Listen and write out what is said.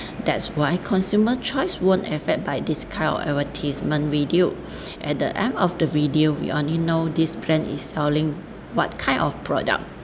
that's why consumer choice won't affect by this kind of advertisement video at the end of the video we only know this brand is selling what kind of product